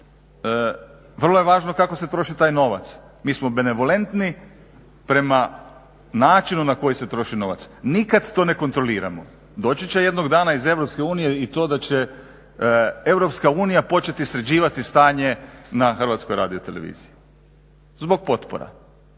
Vrlo je važno kako se troši taj novac, mi smo benevolentni prema načinu na koji se troši novac. Nikad to ne kontroliramo. Doći će jednog dana iz EU i to da će EU početi sređivati stanje na HRT-u zbog potpora